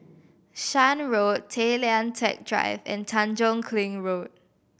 Shan Road Tay Lian Teck Drive and Tanjong Kling Road